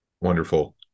Wonderful